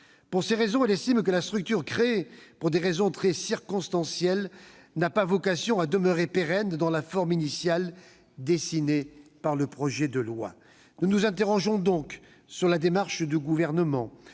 Pour ces raisons, il estime que cette structure, créée pour des raisons très circonstancielles, n'a pas vocation à demeurer pérenne dans la forme initiale dessinée par le projet de loi. Nous nous interrogeons donc sur la démarche du Gouvernement,